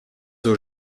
aux